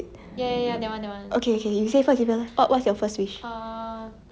okay okay you say first what's your first wish